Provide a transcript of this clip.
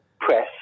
press